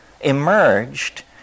emerged